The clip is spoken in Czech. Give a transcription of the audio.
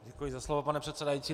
Děkuji za slovo, pane předsedající.